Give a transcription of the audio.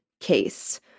case